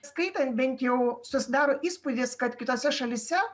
skaitant bent jau susidaro įspūdis kad kitose šalyse